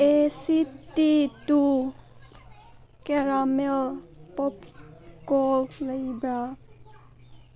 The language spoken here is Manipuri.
ꯑꯦ ꯁꯤ ꯇꯤ ꯇꯨ ꯀꯦꯔꯥꯃꯦꯜ ꯄꯣꯞꯀꯣꯔꯟ ꯂꯩꯕ꯭ꯔꯥ